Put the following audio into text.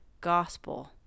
gospel